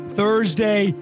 thursday